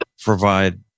provide